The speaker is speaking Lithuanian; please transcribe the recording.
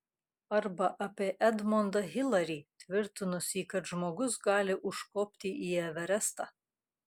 arba apie edmondą hilarį tvirtinusį kad žmogus gali užkopti į everestą